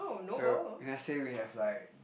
so can I say we have like